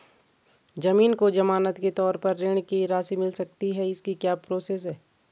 ज़मीन को ज़मानत के तौर पर ऋण की राशि मिल सकती है इसकी क्या प्रोसेस है?